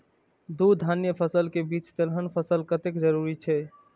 दू धान्य फसल के बीच तेलहन फसल कतेक जरूरी छे?